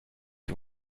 you